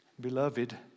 beloved